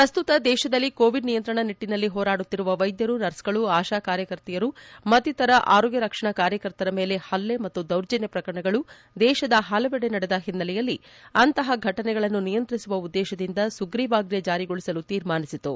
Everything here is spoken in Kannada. ಪ್ರಸ್ತುತ ದೇಶದಲ್ಲಿ ಕೋವಿಡ್ ನಿಯಂತ್ರಣ ನಿಟ್ಟನಲ್ಲಿ ಹೋರಾಡುತ್ತಿರುವ ವೈದ್ಯರು ನರ್ಸ್ಗಳು ಆಶಾ ಕಾರ್ಯಕರ್ತರು ಮತ್ತಿತರ ಆರೋಗ್ಯ ರಕ್ಷಣಾ ಕಾರ್ಯಕರ್ತರ ಮೇಲೆ ಹಲ್ಲೆ ಮತ್ತು ದೌರ್ಜನ್ನ ಪ್ರಕರಣಗಳು ದೇಶದ ಹಲವೆಡೆ ನಡೆದ ಹಿನ್ನೆಲೆಯಲ್ಲಿ ಅಂತಹ ಘಟನೆಗಳನ್ನು ನಿಯಂತ್ರಿಸು ಉದ್ದೇಶದಿಂದ ಸುಗ್ರೀವಾಜ್ಞೆ ಜಾರಿಗೊಳಿಸಲು ತೀರ್ಮಾನಿಸಿತು